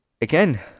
again